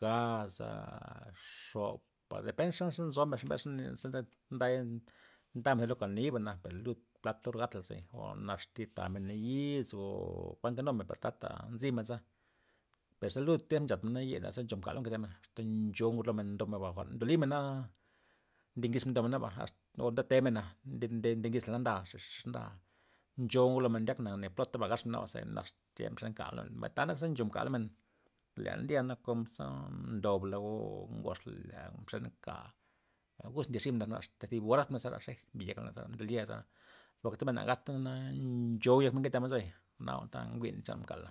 gaza, xopa depen ze xe- xe nzomen ze mbesna nzoy nday ndamen lo zi kaniba'na lud plata or gatla o naz thi tamen nayiz o kuan ndenumen per tata nzymen za, per ze lud tiemp nchat menza per ye ze ncho mka lomen nketemen asta ncho'u ngud lomen ndobmen ba jwa'n ndolimen na ndengisnmen ndomen o nde temena' nde- nde tengisla na nda xex nda ncho'u lomen ndiakna ne pota gatmen naba ze nax tya ze mxen kala, mbay ta naka nchom ka lomen len ndya konza ndobla o ngosla lea mxen mka naguz ndyez ximen na asta zi hora gazmen zera mbi yekla zera mdolya za por iz men nagata naba na ncho'u yekmen nketem ze bay, jwa'nta jwi'n chan mbakal.